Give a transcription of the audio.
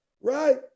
Right